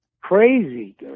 crazy